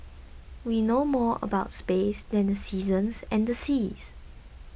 we know more about space than the seasons and the seas